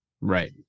right